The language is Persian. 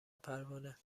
پروانه